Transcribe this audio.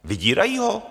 Vydírají ho?